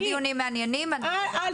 לי לסיים עם כל אחד ואני אתן לך, אל תדאגי.